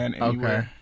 Okay